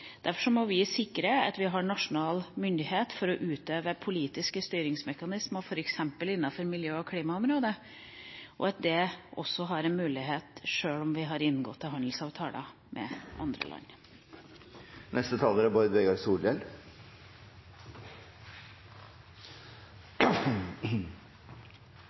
må vi sikre at vi har nasjonal myndighet for å utøve politiske styringsmekanismer, f.eks. innafor miljø- og klimaområdet, og at dette har en mulighet, sjøl om vi har inngått handelsavtaler med andre land.